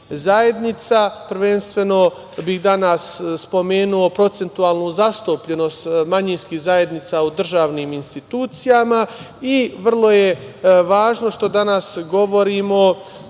zajednica, prvenstveno bih danas spomenuo procentualnu zastupljenost manjinskih zajednica u državnim institucijama i vrlo je važno što danas govorimo